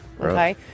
okay